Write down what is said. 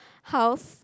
house